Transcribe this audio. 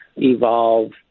evolve